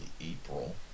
April